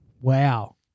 Wow